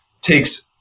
takes